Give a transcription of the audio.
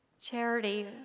Charity